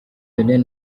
benin